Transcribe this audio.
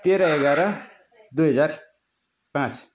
तेह्र एघार दुई हजार पाँच